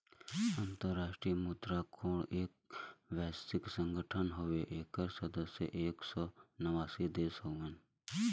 अंतराष्ट्रीय मुद्रा कोष एक वैश्विक संगठन हउवे एकर सदस्य एक सौ नवासी देश हउवे